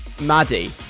Maddie